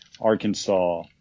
Arkansas